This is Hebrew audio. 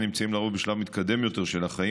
הנמצאים לרוב בשלב מתקדם יותר של החיים,